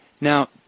Now